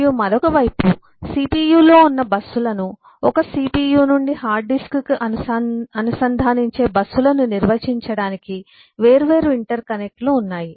మరియు మరొక వైపు CPU లో ఉన్న బస్సులను ఒక CPU నుండి హార్డ్ డిస్క్కు అనుసంధానించే బస్సులను నిర్వచించడానికి వేర్వేరు ఇంటర్కనెక్ట్లు ఉన్నాయి